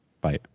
Bye